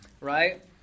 right